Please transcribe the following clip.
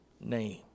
name